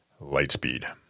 lightspeed